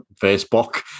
Facebook